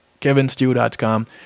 KevinStew.com